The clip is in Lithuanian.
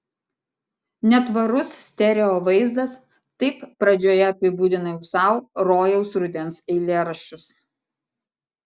netvarus stereo vaizdas taip pradžioje apibūdinau sau rojaus rudens eilėraščius